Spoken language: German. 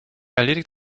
erledigt